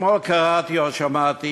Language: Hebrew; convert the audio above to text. אתמול קראתי או שמעתי